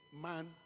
man